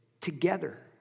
together